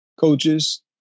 coaches